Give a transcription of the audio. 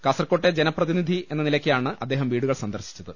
കാസർക്കോട്ടെ ജനപ്രതിനിധി എന്ന നിലയ്ക്കാണ് അദ്ദേഹം വീടു കൾ സന്ദർശിച്ചത്